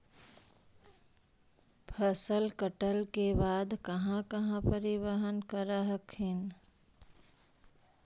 फसल कटल के बाद कहा कहा परिबहन कर हखिन?